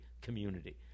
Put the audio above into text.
community